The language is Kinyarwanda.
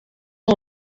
nta